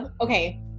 Okay